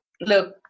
look